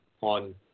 on